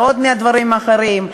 ומעוד דברים אחרים,